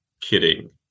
kidding